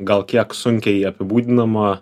gal kiek sunkiai apibūdinama